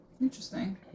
Interesting